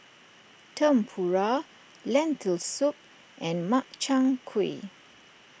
Tempura Lentil Soup and Makchang Gui